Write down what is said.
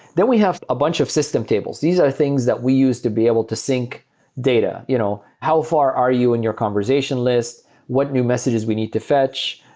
then we have a bunch of system tables. these are things that we used to be able to sink data. you know how far are you and your conversationalist? what new messages we need to fetch?